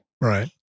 Right